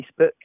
Facebook